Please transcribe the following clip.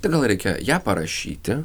tai gal reikia ją parašyti